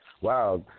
Wow